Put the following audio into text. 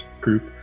group